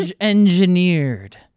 engineered